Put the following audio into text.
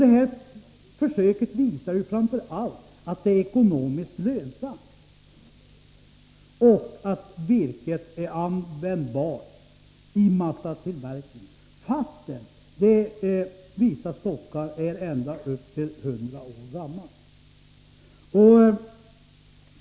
De försök som gjorts visar framför allt att det är ekonomiskt lönsamt och att virket är användbart vid massatillverkning, trots att vissa stockar är upp till hundra år gamla.